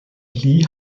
lee